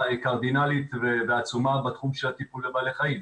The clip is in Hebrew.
קרדינלית ועצומה בתחום של טיפול בבעלי חיים.